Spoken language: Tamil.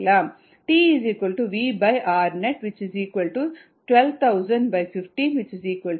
t V rnet 1200015 800 நொடிகள் அல்லது 13